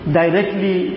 directly